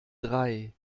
drei